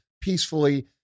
peacefully